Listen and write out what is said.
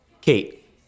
Kate